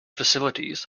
facilities